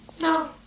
No